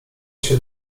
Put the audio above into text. się